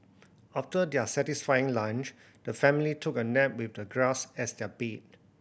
after their satisfying lunch the family took a nap with the grass as their bed